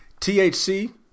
THC